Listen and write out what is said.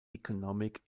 economic